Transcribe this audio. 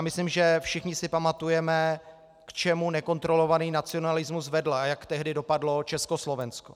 Myslím, že si všichni pamatujeme, k čemu nekontrolovaný nacionalismus vedl a jak tehdy dopadlo Československo.